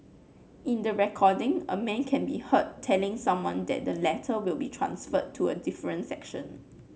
in the recording a man can be heard telling someone that the latter will be transferred to a different section